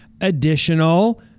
additional